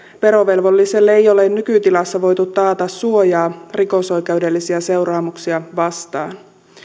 verovelvolliselle ei ole nykytilassa voitu taata suojaa rikosoikeudellisia seuraamuksia vastaan